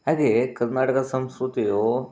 ಹಾಗೆ ಕರ್ನಾಟಕ ಸಂಸ್ಕೃತಿಯು